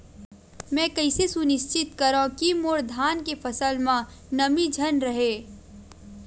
मैं कइसे सुनिश्चित करव कि मोर धान के फसल म नमी झन रहे?